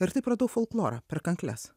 ir taip radau folklorą per kankles